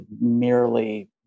merely